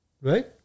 right